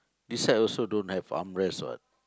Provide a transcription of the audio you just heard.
this side also don't have armrest what